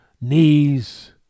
knees